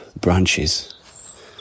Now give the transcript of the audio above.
branches